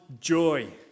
joy